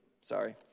Sorry